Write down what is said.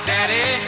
Daddy